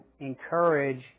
encourage